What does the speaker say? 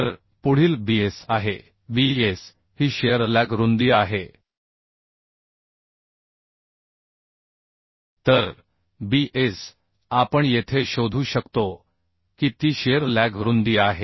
तर पुढील Bs आहेBs ही शिअर लॅग रुंदी आहे तर बी एस आपण येथे शोधू शकतो की ती शिअर लॅग रुंदी आहे